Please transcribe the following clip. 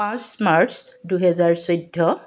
পাঁচ মাৰ্চ দুহেজাৰ চৈধ্য